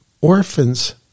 orphans